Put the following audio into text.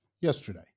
yesterday